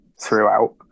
throughout